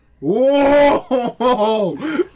Whoa